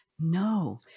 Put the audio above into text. No